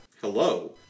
Hello